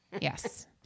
Yes